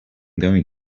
going